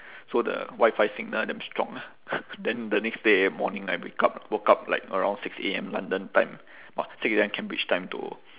so the wifi signal damn strong lah then the next day morning I wake up woke up like around six A_M london time !wah! six A_M cambridge time to